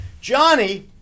Johnny